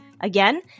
Again